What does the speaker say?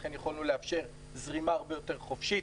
ולכן יכולנו לאפשר זרימה הרבה יותר חופשית.